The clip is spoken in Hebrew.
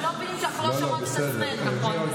הם לא מבינים שאנחנו לא שומעות את עצמנו.